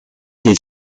des